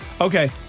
Okay